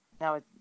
now